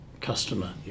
customer